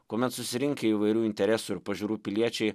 kuomet susirinkę įvairių interesų ir pažiūrų piliečiai